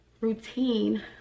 routine